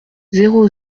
zéro